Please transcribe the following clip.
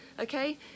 okay